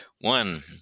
One